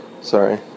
Sorry